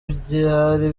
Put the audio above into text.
byari